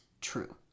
true